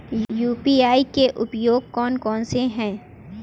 UPI के उपयोग कौन कौन से हैं?